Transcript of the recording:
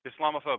Islamophobia